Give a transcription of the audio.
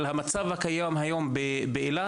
אבל עקב המצב הקיים היום באילת,